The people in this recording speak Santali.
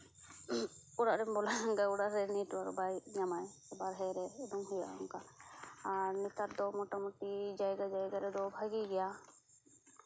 ᱚᱲᱟᱜ ᱨᱮᱢ ᱵᱚᱞᱚ ᱞᱮᱱ ᱠᱷᱟᱡ ᱚᱲᱟᱜ ᱨᱮ ᱱᱮᱴᱚᱣᱟᱨᱠ ᱵᱟᱭ ᱧᱟᱢᱟ ᱵᱟᱨᱦᱮ ᱨᱮ ᱳᱰᱳᱠ ᱦᱩᱭᱩᱜᱼᱟ ᱚᱝᱠᱟ ᱟᱨ ᱱᱮᱛᱟᱨ ᱫᱚ ᱢᱳᱴᱟᱢᱩᱴᱤ ᱡᱟᱭᱜᱟᱼᱡᱟᱭᱜᱟ ᱨᱮᱫᱚ ᱵᱷᱟᱜᱮ ᱜᱮᱭᱟ